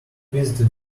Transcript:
visited